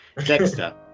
Dexter